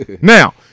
Now